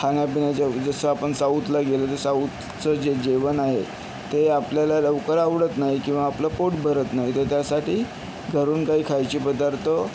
खाण्यापिण्याच्या जसं आपण साऊथला गेलो तर साऊथचं जे जेवण आहे ते आपल्याला लवकर आवडत नाहीे किंवा आपलं पोट भरत नाही तर त्यासाठी घरून काहीे खायची पदार्थ